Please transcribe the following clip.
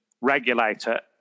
regulator